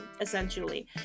essentially